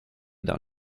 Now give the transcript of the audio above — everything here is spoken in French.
dans